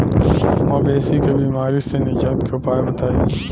मवेशी के बिमारी से निजात के उपाय बताई?